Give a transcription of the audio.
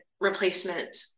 replacement